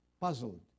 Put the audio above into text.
puzzled